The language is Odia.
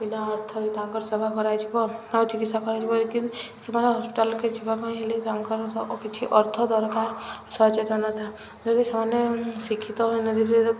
ପିଲା ଅର୍ଥରେ ତାଙ୍କର ସେବା କରାଯିବ ଆଉ ଚିକିତ୍ସା କରାଯିବ କି ସେମାନେ ହସ୍ପିଟାଲ୍ କେ ଯିବା ପାଇଁ ହେଲେ ତାଙ୍କର କିଛି ଅର୍ଥ ଦରକାର ସଚେତନତା ଯଦି ସେମାନେ ଶିକ୍ଷିତ ହୋଇ ନ ଥିବେ